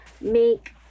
make